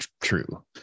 true